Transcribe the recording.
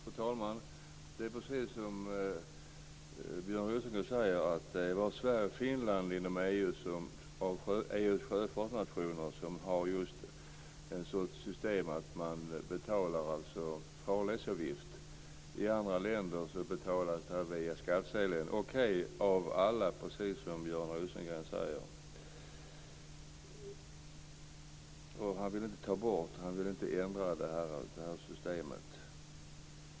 Fru talman! Precis som Björn Rosengren säger är det bara Sverige och Finland inom EU som har ett sådant sjöfartssystem att man betalar farledsavgift. I andra länder betalas den via skattsedeln - okej, av alla, precis som Björn Rosengren säger. Han vill inte ta bort detta eller ändra det här systemet.